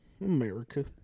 America